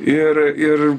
ir ir